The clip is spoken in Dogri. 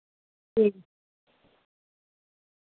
ठीक